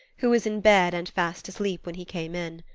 who was in bed and fast asleep when he came in.